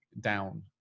down